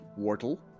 Wartle